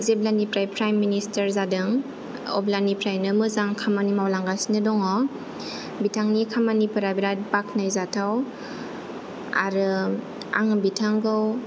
जेब्लानिफ्राय prime minister जादों अब्लानिफ्रायनो मोजां खामानि मावलांगासिनो दङ बिथांनि खामानिफोरा बिराथ बाखनायजाथाव आरो आं बिथांखौ